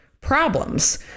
problems